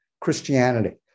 Christianity